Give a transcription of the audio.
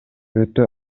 өтө